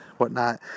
whatnot